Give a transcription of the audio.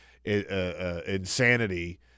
Insanity